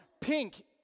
pink